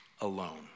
alone